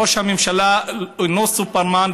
ראש הממשלה אינו סופרמן,